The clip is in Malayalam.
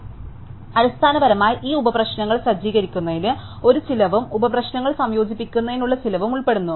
അതിനാൽ അടിസ്ഥാനപരമായി ഈ ഉപപ്രശ്നങ്ങൾ സജ്ജീകരിക്കുന്നതിന് ഒരു ചിലവും ഉപപ്രശ്നങ്ങൾ സംയോജിപ്പിക്കുന്നതിനുള്ള ചിലവും ഉൾപ്പെടുന്നു